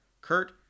Kurt